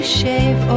shave